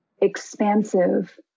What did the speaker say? expansive